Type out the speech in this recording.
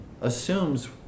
assumes